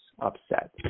upset